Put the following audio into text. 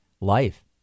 life